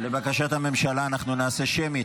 לבקשת הממשלה, אנחנו נעשה שמית.